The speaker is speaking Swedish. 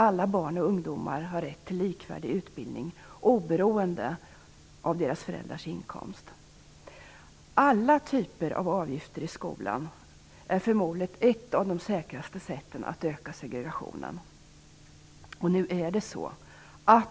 Alla barn och ungdomar har rätt till likvärdig utbildning oberoende av deras föräldrars inkomst. Alla typer av avgifter i skolan är förmodligen ett av de säkraste sätten att öka segregationen.